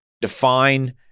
Define